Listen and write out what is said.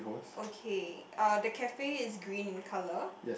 okay uh the cafe is green in colour